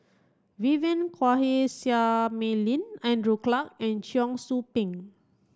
Vivien Quahe Seah Mei Lin Andrew Clarke and Cheong Soo Pieng